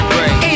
Break